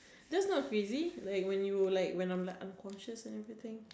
that's not crazy like when you like I'm unconscious and everything